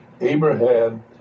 Abraham